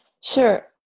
Sure